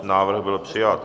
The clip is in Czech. Návrh byl přijat.